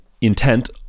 intent